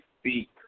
speak